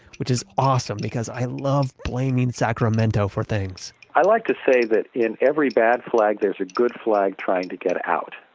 which is awesome, because i love blaming sacramento for things i like to say that in every bad flag, there's a good flag trying to get out.